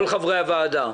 כל חברי הוועדה.